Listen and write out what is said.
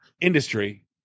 industry